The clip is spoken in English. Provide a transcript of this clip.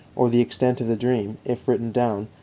or the extent of the dream, if written down,